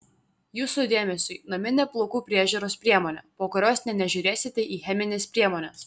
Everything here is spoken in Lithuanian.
jūsų dėmesiui naminė plaukų priežiūros priemonė po kurios nė nežiūrėsite į chemines priemones